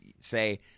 say